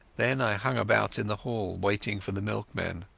then i hung about in the hall waiting for the milkman.